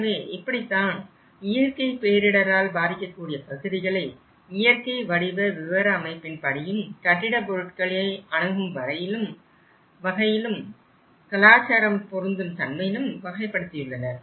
எனவே இப்படித்தான் இயற்கை பேரிடரால் பாதிக்கக்கூடிய பகுதிகளை இயற்கை வடிவவிவரமைப்பின்படியும் கட்டிட பொருட்களை அணுகும் வகையிலும் கலாச்சார பொருந்தும் தன்மையிலும் வகைப்படுத்தியுள்ளனர்